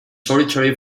solitary